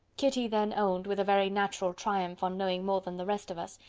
kitty then owned, with a very natural triumph on knowing more than the rest of us,